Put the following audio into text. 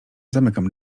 zamykam